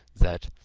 that,